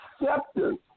acceptance